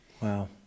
Wow